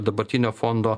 dabartinio fondo